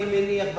אני מניח,